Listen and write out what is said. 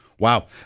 Wow